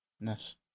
Ness